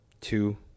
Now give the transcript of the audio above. two